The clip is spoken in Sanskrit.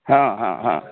हा हा हा